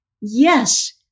yes